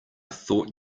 thought